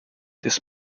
this